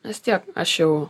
vis tiek aš jau